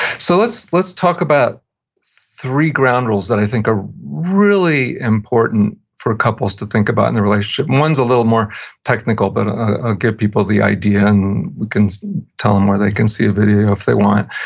so, let's let's talk about three ground rules that i think are really important for couples to think about in their relationship. one's a little more technical, but i'll give people the idea, and we can tell them where they can see a video if they want.